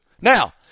now